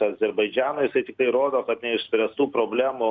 azerbaidžano jisai tiktai rodo kad neišspręstų problemų